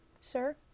Sir